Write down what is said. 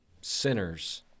sinners